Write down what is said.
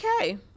Okay